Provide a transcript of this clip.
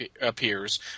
appears